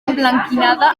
emblanquinada